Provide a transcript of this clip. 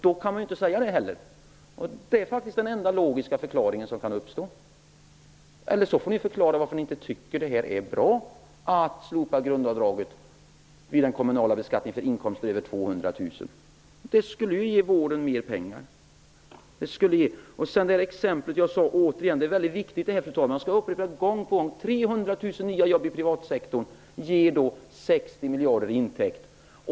Då kan ni inte heller göra det. Det är faktiskt den enda logiska förklaring som kan uppstå. Annars får ni förklara varför ni inte tycker att det är bra att slopa grundavdraget i den kommunala beskattningen för inkomster över 200 000. Det skulle ju ge vården mer pengar. Fru talman! Jag skall upprepa det tidigare exemplet att 300 000 nya jobb i privatsektorn ger 60 miljarder i intäkt.